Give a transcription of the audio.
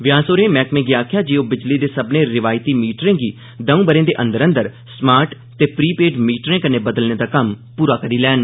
व्यास होरें मैह्कमें गी आक्खेआ जे ओ बिजली दे सब्बने रिवायती मीटरें गी दौं ब'रे दे अंदर अंदर स्मार्ट ते प्री पेड मीटरें कन्नै बदलने दा कम्म पूरा करी देन